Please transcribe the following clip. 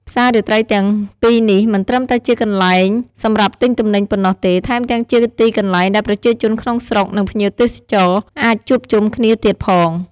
ផ្សាររាត្រីទាំងពីរនេះមិនត្រឹមតែជាកន្លែងសម្រាប់ទិញទំនិញប៉ុណ្ណោះទេ ថែមទាំងជាទីកន្លែងដែលប្រជាជនក្នុងស្រុក និងភ្ញៀវទេសចរអាចជួបជុំគ្នាទៀតផង។